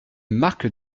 marc